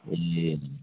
ए